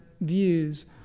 views